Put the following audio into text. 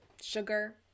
sugar